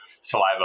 saliva